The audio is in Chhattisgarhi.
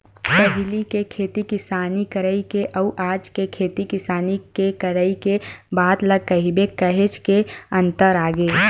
पहिली के खेती किसानी करई के अउ आज के खेती किसानी के करई के बात ल कहिबे काहेच के अंतर आगे हे